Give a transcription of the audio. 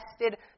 tested